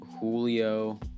Julio